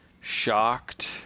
shocked